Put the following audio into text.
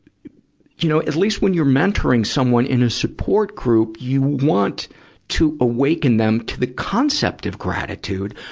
you know, at least when you're mentoring someone in a support group, you want to awaken them to the concept of gratitude.